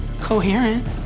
coherent